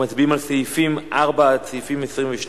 אנחנו מצביעים על סעיפים 4 22,